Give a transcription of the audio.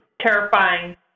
terrifying